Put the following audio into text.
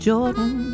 Jordan